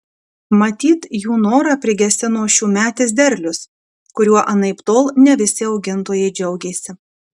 matyt jų norą prigesino šiųmetis derlius kuriuo anaiptol ne visi augintojai džiaugėsi